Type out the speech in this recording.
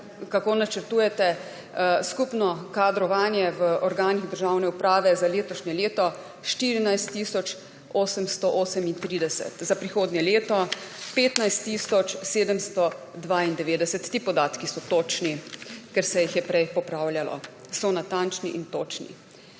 kako načrtujete, skupno kadrovanje v organih državne uprave za letošnje leto – 14 tisoč 838, za prihodnje leto 15 tisoč 792. Ti podatki so točni, ker se jih je prej popravljalo. So natančni in točni.